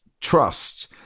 Trust